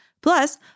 Plus